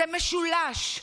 זה משולש,